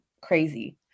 crazy